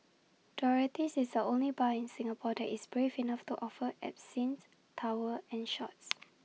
Dorothy's is the only bar in Singapore that is brave enough to offer absinthe towers and shots